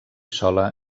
sola